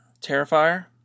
Terrifier